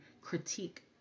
critique